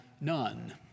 none